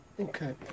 Okay